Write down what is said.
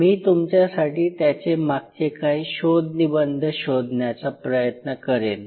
मी तुमच्यासाठी त्याचे मागचे काही शोध निबंध शोधण्याचा प्रयत्न करेन